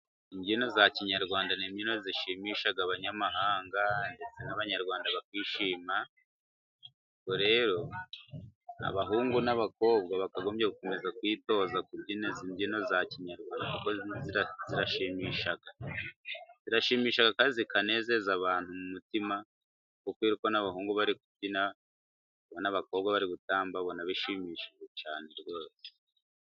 Imbyino za kinyarwanda ni imbyino zishimisha abanyamahanga ndetse n'abanyarwanda bakishima rero abahungu n'abakobwa bakagombye gukomeza kuyitoza kubyina imbyino za kinyarwanda, zirashimisha birashimisha kandi zikanezeza abantu mu mutima kuko n'abahungu bari kubyina n'abakobwa bari gutamba babona bishimishije cyane.